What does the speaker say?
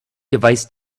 device